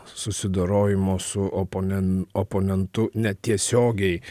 susidorojimo su oponen oponentu netiesiogiai